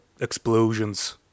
explosions